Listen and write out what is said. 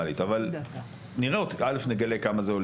נגלה כמה זה עולה ונגלה מה המשמעות של זה וכו',